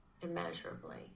immeasurably